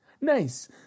Nice